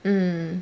mm